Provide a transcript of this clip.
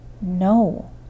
No